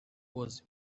was